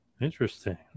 Interesting